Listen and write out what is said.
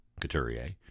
Couturier